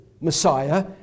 Messiah